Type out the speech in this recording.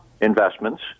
investments